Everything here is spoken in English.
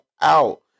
out